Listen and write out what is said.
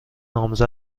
نامزد